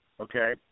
Okay